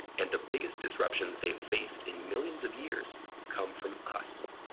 and the biggest disruptions they faced in millions of years come from us.